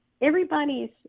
Everybody's